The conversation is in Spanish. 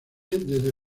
desde